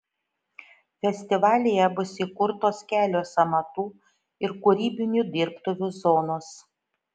festivalyje bus įkurtos kelios amatų ir kūrybinių dirbtuvių zonos